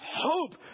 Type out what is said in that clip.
hope